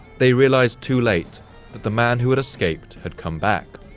they realized too late that the man who had escaped had come back,